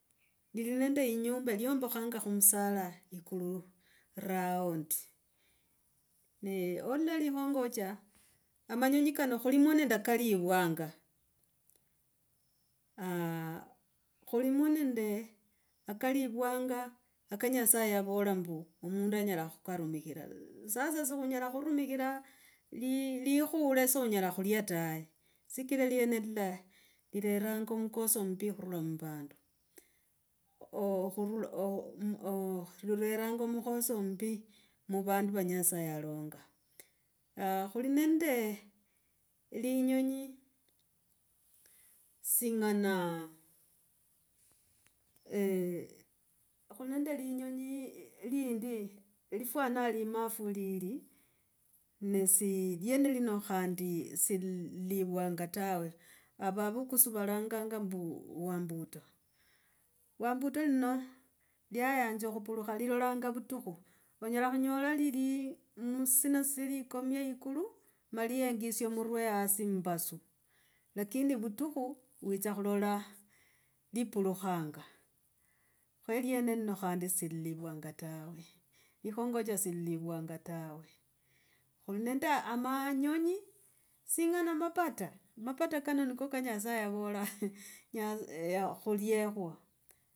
Lili nende inyumba lyombakhanga khumusula, ikulu roundi. Ne olola likhongocha, amanyonyi kano khulimo nenda kalivwanga, aah khulimo nende akalipwanga aka nyasaye yavola mbu, mundu anyola khurarumikhira, sasa sikhunyela khurumikhira. Li- likhule sonyola khulia tawe, sikia lienela la likerango omukoso ombi khurula muvandu, lileranga omukhoso ombo muvandu va nyasaye yalonga, khuli nende linyonyi singana eeh, okhonende linyonyi lindi, lifwana limafulili, ne si liene lino khandi silililwanga tawe. Avavukusu valanganga mbu wambuto wambuto lino lyayanjo kopolo khalilonga putukho, phunyola phunyole lili msinasiri, komie ikulu maliengi siomurue asimu basu. Lakini putuku, uwicha kholola diplokhanga, khoherie neno khandi silipwangatawe, ihongo ja silipwangatawe. Onenda amanyonyi, sing'anamapata, mapata kanaanko kanyasaya poara kholiewa.